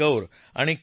कौर आणि के